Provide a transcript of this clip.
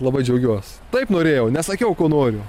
labai džiaugiuos taip norėjau nesakiau ko noriu